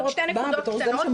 רק עוד שתי נקודות קטנות.